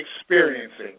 experiencing